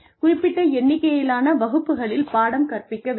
குறிப்பிட்ட எண்ணிக்கையிலான வகுப்புகளில் பாடம் கற்பிக்க வேண்டும்